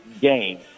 game